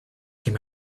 came